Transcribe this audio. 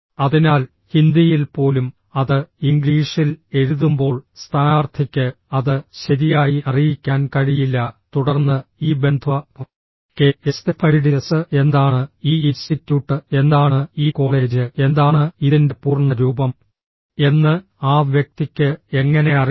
അതിനാൽ ഹിന്ദിയിൽ പോലും അത് ഇംഗ്ലീഷിൽ എഴുതുമ്പോൾ സ്ഥാനാർത്ഥിക്ക് അത് ശരിയായി അറിയിക്കാൻ കഴിയില്ല തുടർന്ന് ഈ ബന്ധ്വ കെ എസ്എഫ്ഐഡിഡിഎസ് എന്താണ് ഈ ഇൻസ്റ്റിറ്റ്യൂട്ട് എന്താണ് ഈ കോളേജ് എന്താണ് ഇതിന്റെ പൂർണ്ണ രൂപം എന്ന് ആ വ്യക്തിക്ക് എങ്ങനെ അറിയാം